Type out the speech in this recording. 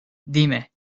dime